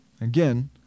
Again